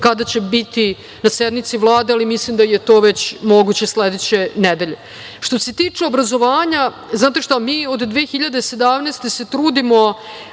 kada će biti na sednici Vlade, ali mislim da je to već moguće sledeće nedelje. Što se tiče obrazovanja, mi od 2017. godine se trudimo